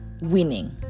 winning